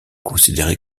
considérée